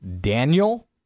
Daniel